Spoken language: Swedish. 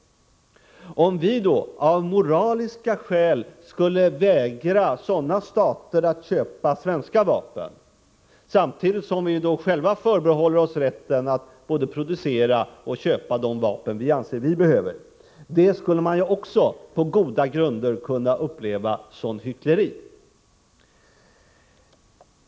Om vi då av moraliska skäl skulle vägra sådana stater att köpa svenska vapen, samtidigt som vi själva förbehåller oss rätten att både producera och köpa de vapen vi anser att vi behöver, skulle man på goda grunder kunna uppleva detta som hyckleri.